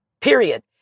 period